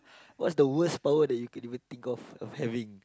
what's the worse power that you could ever think of having